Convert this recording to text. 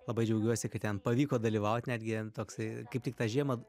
labai džiaugiuosi kad ten pavyko dalyvaut netgi toksai kaip tik tą žiemą